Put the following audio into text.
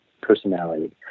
personality